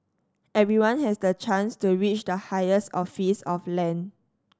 everyone has the chance to reach the higher office of land